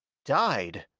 died!